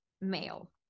male